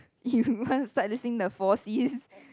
you want to start listing the four Cs